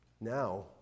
Now